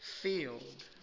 field